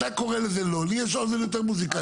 אתה קורא לזה לא לי יש אוזן יותר מוזיקלית משלך.